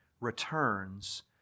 returns